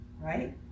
right